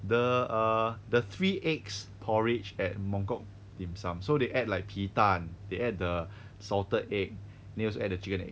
the err the three eggs porridge at mongkok dim sum so they add like 皮蛋 they add the salted egg then they also add the chicken egg